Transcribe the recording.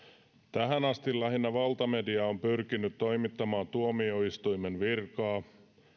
tähän asti lähinnä valtamedia on pyrkinyt toimittamaan tuomioistuimen virkaa